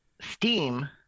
Steam